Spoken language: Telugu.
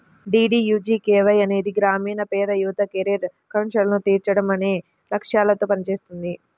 డీడీయూజీకేవై అనేది గ్రామీణ పేద యువత కెరీర్ ఆకాంక్షలను తీర్చడం అనే లక్ష్యాలతో పనిచేస్తుంది